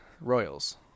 Royals